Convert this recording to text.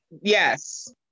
yes